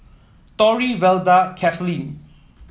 Torry Velda Cathleen